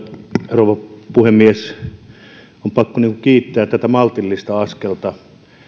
rouva puhemies on pakko kiittää tätä maltillista askelta